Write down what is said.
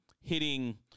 hitting